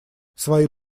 свои